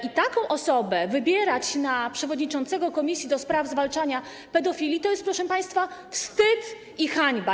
I taką osobę wybierać na przewodniczącego komisji do spraw zwalczania pedofilii, to jest, proszę państwa, wstyd i hańba.